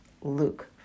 Luke